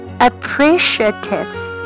appreciative